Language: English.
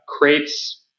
crates